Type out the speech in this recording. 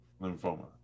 Lymphoma